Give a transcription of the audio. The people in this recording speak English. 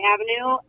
Avenue